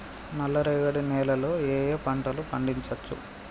నల్లరేగడి నేల లో ఏ ఏ పంట లు పండించచ్చు?